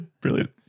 Brilliant